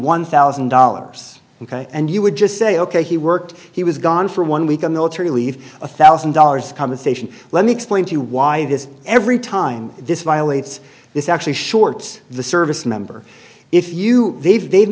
one thousand dollars and you would just say ok he worked he was gone for one week of military leave a thousand dollars compensation let me explain to you why this every time this violates this actually shorts the service member if you they've they've